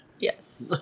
Yes